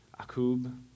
Akub